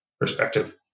perspective